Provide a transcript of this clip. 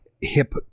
Hip